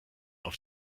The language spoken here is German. auf